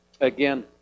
Again